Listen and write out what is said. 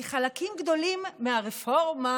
כי חלקים גדולים מהרפורמה,